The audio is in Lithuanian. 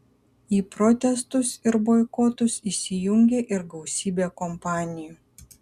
į protestus ir boikotus įsijungė ir gausybė kompanijų